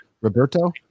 Roberto